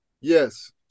Yes